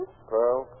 Pearl